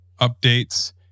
updates